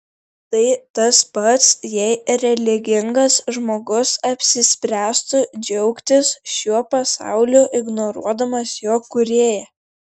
tai tas pats jei religingas žmogus apsispręstų džiaugtis šiuo pasauliu ignoruodamas jo kūrėją